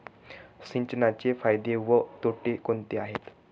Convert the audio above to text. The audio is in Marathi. सिंचनाचे फायदे व तोटे कोणते आहेत?